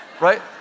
right